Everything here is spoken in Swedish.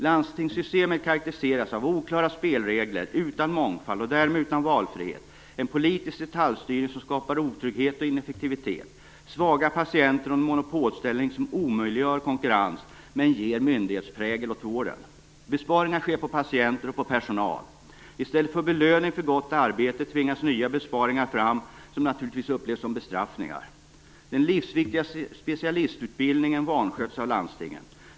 Landstingssystemet karakteriseras av oklara spelregler utan mångfald och därmed utan valfrihet, en politisk detaljstyrning som skapar otrygghet och ineffektivitet, svaga patienter och en monopolställning som omöjliggör konkurrens men ger en myndighetsprägel åt vården. Besparingar sker på patienter och på personal. I stället för belöning för gott arbete tvingas nya besparingar fram som naturligtvis upplevs som bestraffningar. Den livsviktiga specialistutbildningen vansköts av landstingen.